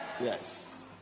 Yes